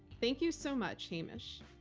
thank you so much, hamish.